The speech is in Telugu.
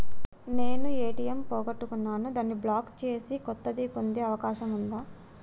నేను ఏ.టి.ఎం పోగొట్టుకున్నాను దాన్ని బ్లాక్ చేసి కొత్తది పొందే అవకాశం ఉందా?